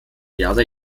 jahre